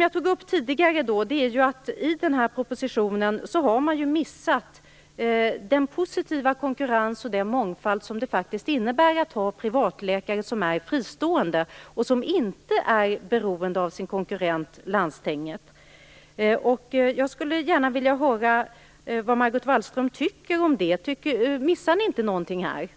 Jag tog tidigare upp att man i propositionen har missat den positiva konkurrens och den mångfald som det faktiskt innebär att ha privatläkare som är fristående och som inte är beroende av sin konkurrent landstinget. Jag skulle gärna vilja höra vad Margot Wallström tycker om det. Missar ni inte någonting här?